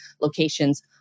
locations